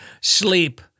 sleep